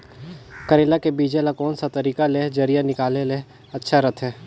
करेला के बीजा ला कोन सा तरीका ले जरिया निकाले ले अच्छा रथे?